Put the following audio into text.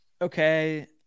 Okay